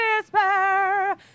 despair